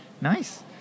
nice